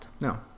no